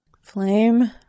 Flame